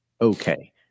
okay